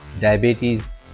diabetes